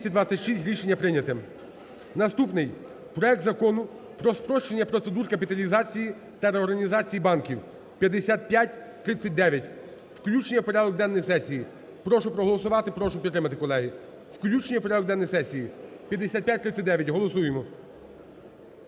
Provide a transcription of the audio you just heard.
Прошу проголосувати, прошу підтримати, колеги. Включення в порядок денний сесії 5539. Голосуємо.